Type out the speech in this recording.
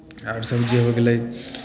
आओरसभ जे हो गेलै